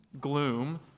gloom